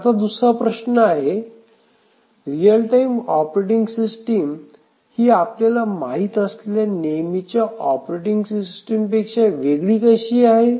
आता दुसरा प्रश्न आहे रियल टाइम ऑपरेटिंग सिस्टिम ही आपल्याला माहित असलेल्या नेहमीच्या ऑपरेटिंग सिस्टिम पेक्षा वेगळी कशी आहे